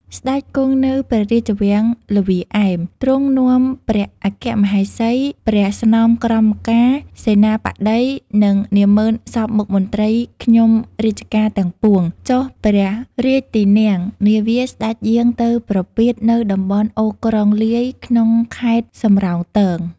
ស្ដេចគង់នៅព្រះរាជវាំងល្វាឯម ទ្រង់នាំព្រះអគ្គមហេសី ព្រះស្នំក្រមការ សេនាបតី និងនាម៉ឺនសព្វមុខមន្ត្រីខ្ញុំរាជការទាំងពួង ចុះព្រះរាជទីន័ងនាវាស្ដេចយាងទៅប្រពាតនៅតំបន់អូរក្រងលាយ ក្នុងខេត្តសំរោងទង